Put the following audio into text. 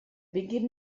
beginn